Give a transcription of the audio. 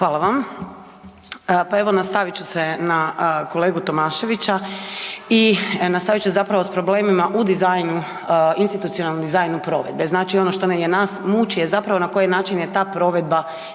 (Možemo!)** Pa evo, nastavit ću se na kolegu Tomaševića i nastavit ću zapravo s problemima u dizajnu, institucionalnom dizajnu provedbe. Znači ono što nas muči je zapravo na koji način je ta provedba